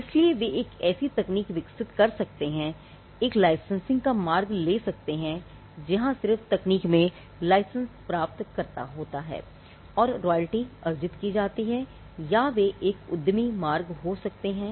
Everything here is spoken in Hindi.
इसलिए वे एक ऐसी तकनीक विकसित कर सकते हैं एक लाइसेंसिंग का मार्ग ले सकता है जहां सिर्फ तकनीक में लाइसेंस प्राप्त होता है और रॉयल्टी अर्जित की जाती है या वे एक उद्यमी मार्ग हो सकते हैं